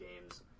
games